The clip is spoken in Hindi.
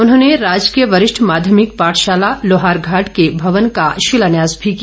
उन्होंने राजकीय वरिष्ठ माध्यमिक पाठशाला लोहारघाट के भवन का शिलान्यास भी किया